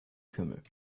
kümmel